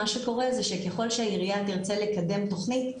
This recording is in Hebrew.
מה שקורה זה שככל שהעירייה תרצה לקדם תכנית,